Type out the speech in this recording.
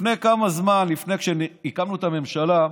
לפני כמה זמן, כשהקמנו את הממשלה,